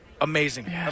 amazing